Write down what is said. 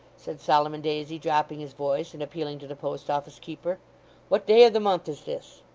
said solomon daisy, dropping his voice and appealing to the post-office keeper what day of the month is this